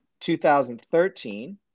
2013